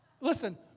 Listen